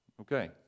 okay